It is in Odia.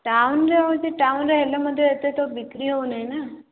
ଟାଉନ୍ରେ ହେଉଛି ଟାଉନ୍ରେ ହେଲେ ମଧ୍ୟ ଏତ ତ ବିକ୍ରୀ ହେଉନାଇଁ ନା